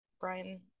brian